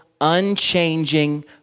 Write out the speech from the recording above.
unchanging